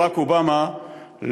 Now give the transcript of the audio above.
ברק אובמה,